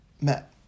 met